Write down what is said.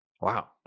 Wow